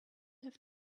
have